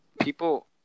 people